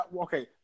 okay